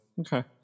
okay